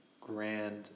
grand